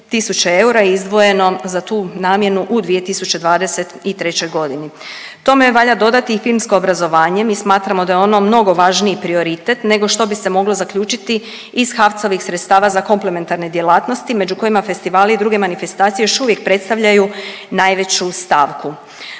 eura je izdvojeno za tu namjenu u 2023. godini. Tome valja dodati i filmsko obrazovanje, mi smatramo da je ono mnogo važniji prioritet nego što bi se moglo zaključiti iz HAVC-ovih sredstava za komplementarne djelatnosti među kojima festivali i druge manifestacije još uvijek predstavljaju najveću stavku.